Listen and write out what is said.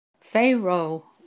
Pharaoh